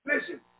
Listen